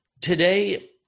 Today